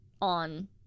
on